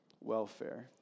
welfare